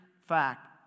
fact